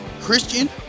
Christian